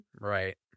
Right